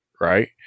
Right